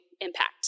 impact